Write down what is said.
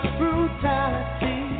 brutality